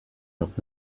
leurs